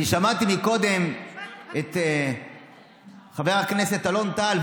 אני שמעתי קודם את חבר הכנסת אלון טל,